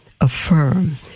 affirm